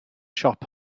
siop